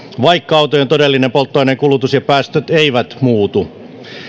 vaikka autojen todellinen polttoaineenkulutus ja päästöt eivät muutu